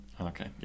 Okay